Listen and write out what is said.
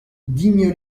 digne